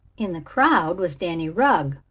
in the crowd was danny rugg,